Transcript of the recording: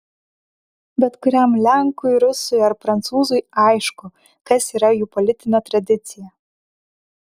bet kuriam lenkui rusui ar prancūzui aišku kas yra jų politinė tradicija